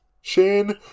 Shane